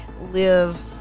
live